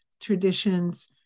traditions